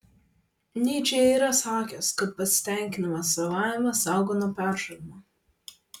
nyčė yra sakęs kad pasitenkinimas savaime saugo nuo peršalimo